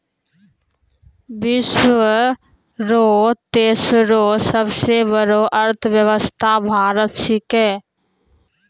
विश्व रो तेसरो सबसे बड़ो अर्थव्यवस्था भारत छिकै